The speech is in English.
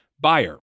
buyer